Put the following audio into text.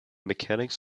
mechanics